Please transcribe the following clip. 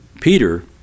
Peter